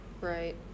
Right